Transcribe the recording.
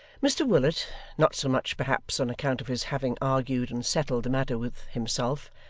mr willet not so much, perhaps, on account of his having argued and settled the matter with himself,